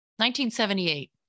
1978